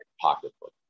pocketbook